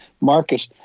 market